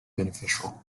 beneficial